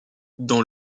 dans